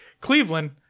Cleveland